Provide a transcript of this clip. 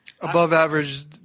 Above-average